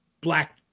Black